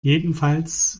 jedenfalls